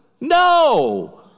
no